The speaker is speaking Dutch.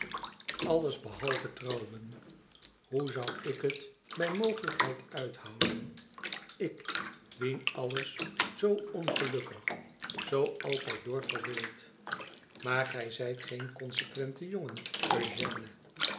vriend behalve trouwen hoe zou ik het bij mogelijkheid uithouden ik wien alles zoo ongelukkig zoo altijd door verveelt maar gij zijt een consequente jongen eugène